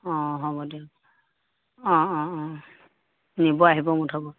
অ হ'ব দিয়ক অ অ অ নিব আহিব মুঠৰ ওপৰত